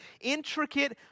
intricate